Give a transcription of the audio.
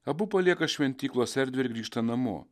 abu palieka šventyklos erdvę ir grįžta namo